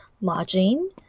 Lodging